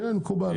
מקובל.